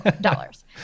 dollars